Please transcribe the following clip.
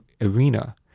arena